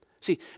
See